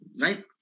Right